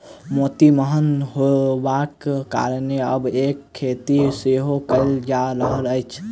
मोती महग होयबाक कारणेँ आब एकर खेती सेहो कयल जा रहल अछि